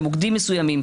במוקדים מסוימים,